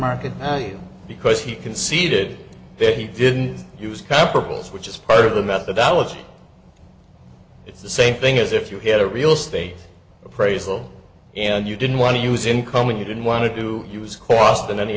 market value because he conceded that he didn't use capitals which is part of the methodology it's the same thing as if you had a real estate appraisal and you didn't want to use income you didn't want to do use cost and any